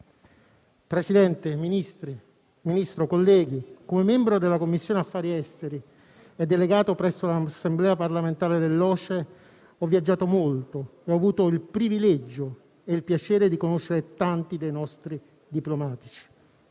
Presidente, signor Ministro, colleghi, come membro della Commissione affari esteri, emigrazione e delegato presso l'Assemblea parlamentare dell'OSCE ho viaggiato molto e ho avuto il privilegio e il piacere di conoscere tanti dei nostri diplomatici.